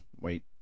Wait